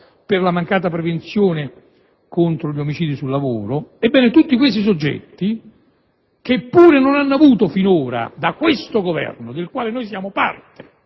per la mancata prevenzione contro gli omicidi sul lavoro. Ebbene, tutti questi soggetti, che pure non hanno ottenuto finora da questo Governo - del quale siamo parte